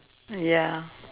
ya